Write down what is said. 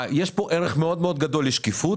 יש ערך מאוד גדול לשקיפות.